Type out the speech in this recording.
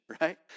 right